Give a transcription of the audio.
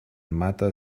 mata